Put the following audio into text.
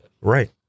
Right